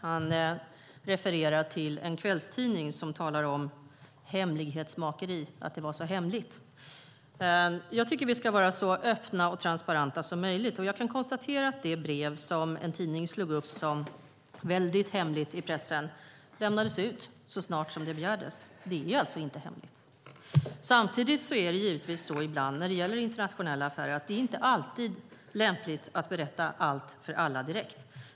Han refererade till en kvällstidning som talat om hemlighetsmakeri. Jag tycker att vi ska vara så öppna och transparenta som möjligt, och jag kan konstatera att det brev som tidningen slog upp som väldigt hemligt lämnades ut så snart det begärdes. Det är alltså inte hemligt. Samtidigt är det givetvis så när det gäller internationella affärer att det inte alltid är lämpligt att berätta allt för alla direkt.